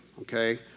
okay